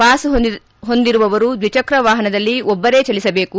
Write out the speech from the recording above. pass ಹೊಂದಿರುವವರು ದ್ವಿಚಕ್ರ ವಾಹನದಲ್ಲಿ ಒಬ್ಬರೆ ಚಲಿಸಬೇಕು